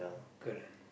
correct